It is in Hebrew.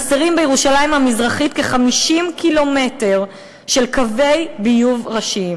חסרים בירושלים המזרחית כ-50 ק"מ של קווי ביוב ראשיים.